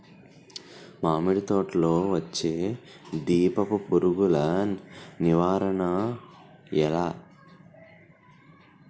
మామిడి తోటలో వచ్చే దీపపు పురుగుల నివారణ ఎలా?